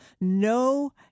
No